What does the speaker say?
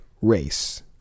race